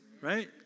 right